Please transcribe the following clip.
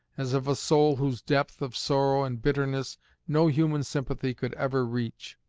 as of a soul whose depth of sorrow and bitterness no human sympathy could ever reach.